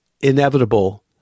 inevitable